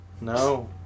No